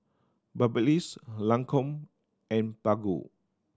Babyliss Lancome and Baggu